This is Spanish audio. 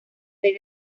seis